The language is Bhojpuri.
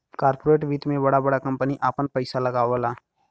कॉर्पोरेट वित्त मे बड़ा बड़ा कम्पनी आपन पइसा लगावला